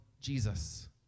Jesus